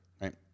right